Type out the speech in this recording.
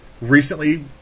Recently